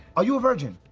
are you a virgin?